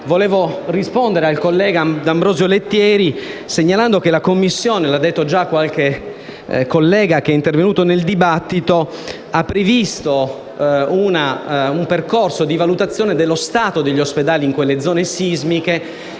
vorrei rispondere al collega D'Ambrosio Lettieri segnalando che la Commissione - come già detto da qualche collega intervenuto nel dibattito - ha previsto un percorso di valutazione dello stato degli ospedali in quelle zone sismiche